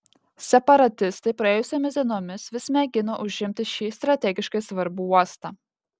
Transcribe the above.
separatistai praėjusiomis dienomis vis mėgino užimti šį strategiškai svarbų uostą